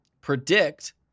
Predict